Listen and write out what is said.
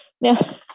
Now